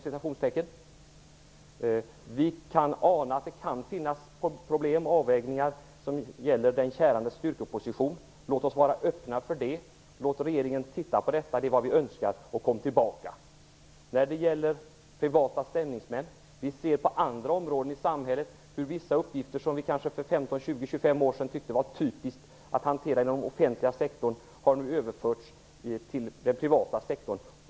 Det kan finnas problem med avvägningar som gäller den kärandes styrkeposition. Låt oss vara öppna för det. Låt regeringen titta på detta. När det gäller privata stämningsmän vill jag säga att det inom andra områden i samhället finns uppgifter som vi för 15-20 år sedan tyckte var typiska för hantering av den offentliga sektorn och som nu har överförts till den privata sektorn.